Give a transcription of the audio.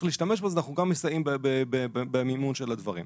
להשתמש בו ולכן אנחנו מסייעים במימון הדברים.